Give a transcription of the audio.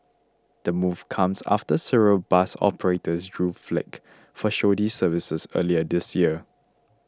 the move comes after several bus operators drew flak for shoddy services earlier this year